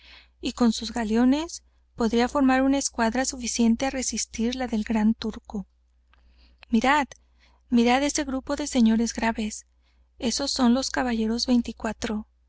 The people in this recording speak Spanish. y con sus galeones podría formar una escuadra suficiente á resistir á la del gran turco mirad mirad ese grupo de señores graves esos son los caballeros veinticuatros